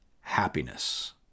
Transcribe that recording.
happiness